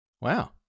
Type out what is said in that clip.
Wow